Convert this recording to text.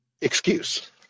excuse